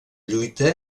lluita